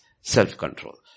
self-control